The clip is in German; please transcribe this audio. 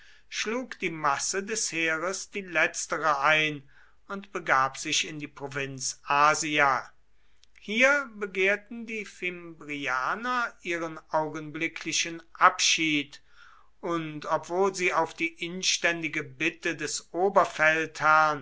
schlug die masse des heeres die letztere ein und begab sich in die provinz asia hier begehrten die fimbrianer ihren augenblicklichen abschied und obwohl sie auf die inständige bitte des